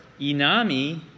inami